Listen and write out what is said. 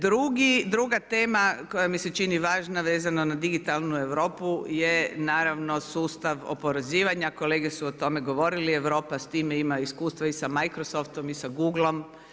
Druga tema koja mi se čini važna vezana na digitalnu Europu je sustav oporezivanja, kolege su o tome govorili, Europa s time ima iskustva i sa Microsoftom i sa Googlom.